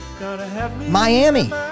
Miami